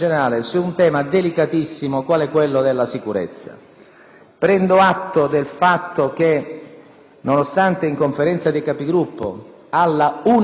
Prendo atto del fatto che, nonostante in Conferenza dei Capigruppo, all'unanimità, i Gruppi avessero deciso